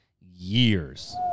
years